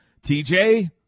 TJ